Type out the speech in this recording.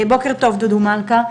בוקר טוב דודו מלכא,